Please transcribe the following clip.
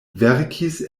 verkis